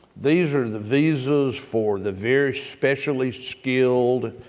these are the visas for the very specially skilled.